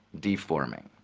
deforming.